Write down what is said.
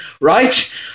right